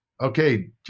Okay